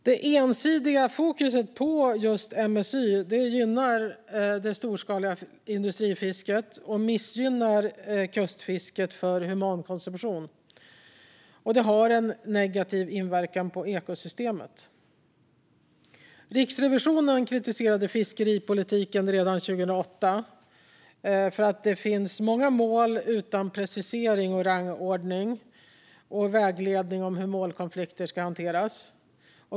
Det ensidiga fokuset på MSY gynnar det storskaliga industrifisket och missgynnar kustfisket för humankonsumtion. Det har en negativ inverkan på ekosystemet. Riksrevisionen kritiserade fiskeripolitiken redan 2008 för att det finns många mål utan precisering, rangordning och vägledning om hur målkonflikter ska hanteras.